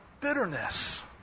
bitterness